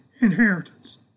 inheritance